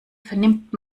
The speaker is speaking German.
vernimmt